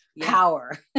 power